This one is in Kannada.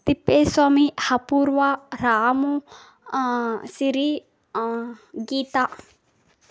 ತಿಪ್ಪೇಸ್ವಾಮಿ ಅಪೂರ್ವ ರಾಮು ಸಿರಿ ಗೀತಾ